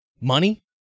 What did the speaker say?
money